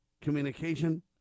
communication